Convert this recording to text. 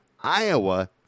Iowa